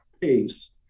pace